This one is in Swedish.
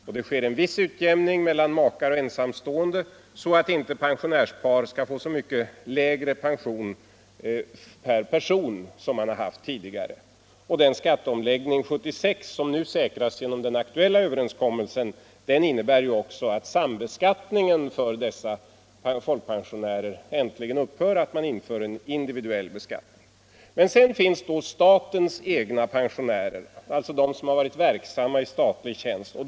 Vidare sker en viss utjämning mellan makar och ensamstående, så att inte pensionärspar skall få så mycket lägre pension per person som de haft tidigare. Den skatteomläggning 1976 som nu säkras genom den aktuella överenskommelsen innebär också att sambeskattningen för dessa folkpensionärer äntligen upphör och att man inför en individuell beskattning. Men sedan finns då statens egna pensionärer, alltså de som varit verksamma i statlig tjänst.